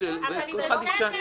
כל אחד ישאל.